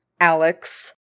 Alex